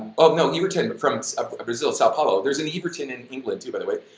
oh, no, everton, from ah brazil, sao paulo. there's an everton in england, too, by the way.